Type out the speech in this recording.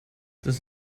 das